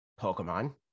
Pokemon